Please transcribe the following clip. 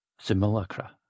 simulacra